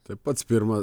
tai pats pirma